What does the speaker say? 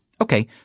Okay